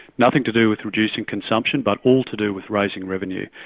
nothing to do with reducing consumption but all to do with raising revenue.